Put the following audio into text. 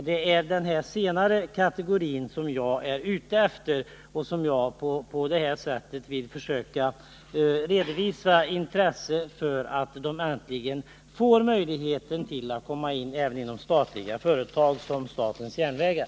Det är den senare kategorin som jag avser, och jag vill på det här sättet försöka redovisa mitt intresse för att bidra till att dessa människor verkligen får möjlighet att komma in även i statliga företag, såsom statens järnvägar.